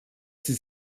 sie